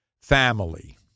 family